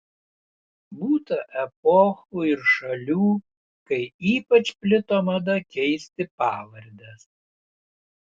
būta epochų ir šalių kai ypač plito mada keisti pavardes